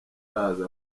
iraza